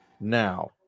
now